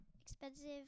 expensive